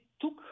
took